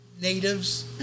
natives